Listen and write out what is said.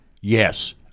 yes